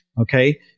Okay